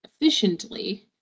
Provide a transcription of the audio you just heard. efficiently